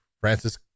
Francis